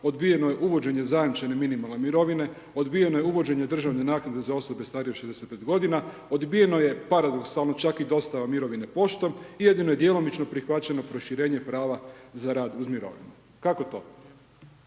odbijeno je uvođenje zajamčene minimalne mirovine, odbijeno je uvođenje državne naknade za osobe starije od 65 godina, odbijeno je paradoksalno čak i dostava mirovine poštom, jedino je djelomično prihvaćeno proširenje prava za rad uz mirovinu. Kako to?